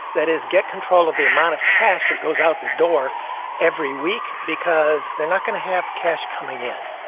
that is, get control of the amount of cash that goes out the door every week, because they're not going to have cash coming in